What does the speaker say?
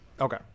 Okay